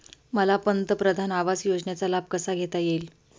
मला पंतप्रधान आवास योजनेचा लाभ कसा घेता येईल?